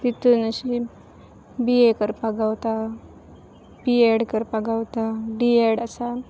तितून अशी B A करपा गावता बी ऍड करपा गावता डी ऍड आसा